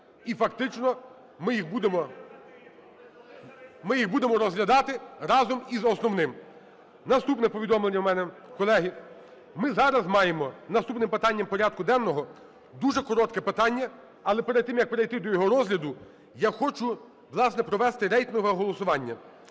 їх будемо, ми їх будемо розглядати разом із основним. Наступне повідомлення в мене, колеги. Ми зараз маємо наступним питанням порядку денного дуже коротке питання, але перед тим, як перейти до його розгляду, я хочу, власне, провести рейтингове голосування,